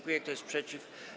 Kto jest przeciw?